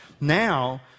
now